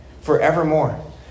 forevermore